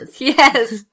Yes